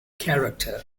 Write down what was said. character